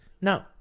No